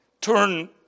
Turn